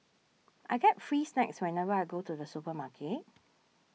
I get free snacks whenever I go to the supermarket